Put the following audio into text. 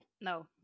no